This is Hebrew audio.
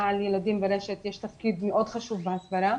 על ילדים ברשת יש תפקיד מאוד חשוב בהסברה,